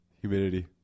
Humidity